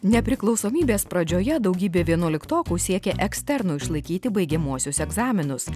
nepriklausomybės pradžioje daugybė vienuoliktokų siekė eksternu išlaikyti baigiamuosius egzaminus